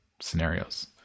scenarios